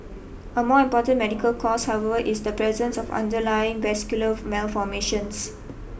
a more important medical cause is the presence of underlying vascular malformations